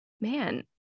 man